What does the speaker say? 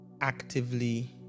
actively